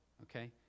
Okay